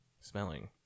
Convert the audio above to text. smelling